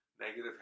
negative